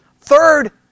third